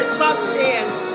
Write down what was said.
substance